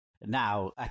Now